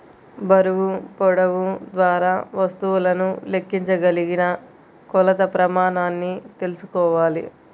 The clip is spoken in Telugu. బరువు, పొడవు ద్వారా వస్తువులను లెక్కించగలిగిన కొలత ప్రమాణాన్ని తెల్సుకోవాలి